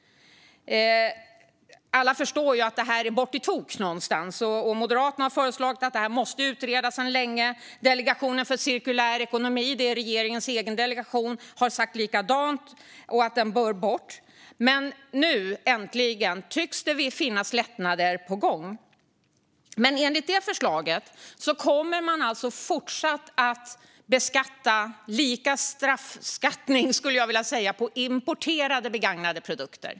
Alla förstår att det är bort i tok någonstans, och Moderaterna har sedan länge framhållit att detta måste utredas. Delegationen för cirkulär ekonomi, regeringens egen delegation, har sagt att skatten bör tas bort. Nu, äntligen, tycks det vara lättnader på gång. Men enligt det förslaget kommer man alltså att fortsätta att straffbeskatta importerade begagnade produkter.